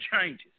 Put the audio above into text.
changes